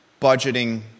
budgeting